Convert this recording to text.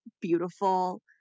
beautiful